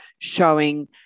showing